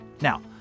Now